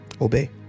obey